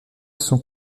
sont